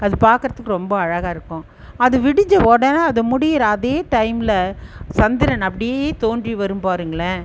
அது பார்க்கறத்துக்கு ரொம்ப அழகாக இருக்கும் அது விடிஞ்ச உடனே அது முடிகிற அதே டைம்மில் சந்திரன் அப்படியே தோன்றி வரும் பாருங்களேன்